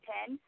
Ten